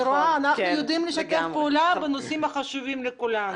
אנחנו יודעים לשתף פעולה בנושאים החשובים לכולם.